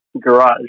garage